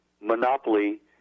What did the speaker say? monopoly